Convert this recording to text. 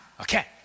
Okay